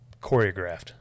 choreographed